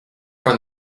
from